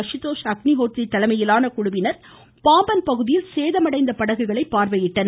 Ashutosh Agnihotri தலைமையிலான குழுவினர் பாம்பன் பகுதியில் சேதமடைந்த படகுகளை பார்வையிட்டனர்